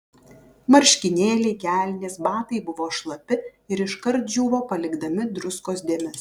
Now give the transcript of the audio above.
marškinėliai kelnės batai buvo šlapi ir iškart džiūvo palikdami druskos dėmes